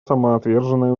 самоотверженные